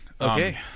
okay